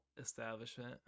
establishment